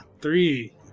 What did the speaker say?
three